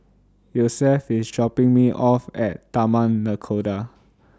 Yosef IS dropping Me off At Taman Nakhoda